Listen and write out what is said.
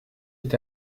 est